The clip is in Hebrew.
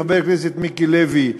חבר הכנסת מיקי לוי,